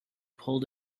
pulled